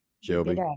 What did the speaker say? Shelby